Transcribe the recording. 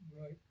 Right